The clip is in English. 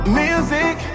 music